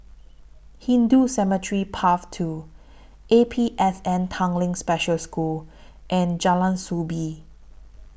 Hindu Cemetery Path two A P S N Tanglin Special School and Jalan Soo Bee